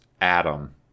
Adam